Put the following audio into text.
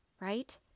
Right